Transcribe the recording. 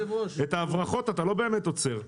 את ההברחות אתה לא באמת עוצר.